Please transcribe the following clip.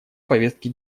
повестки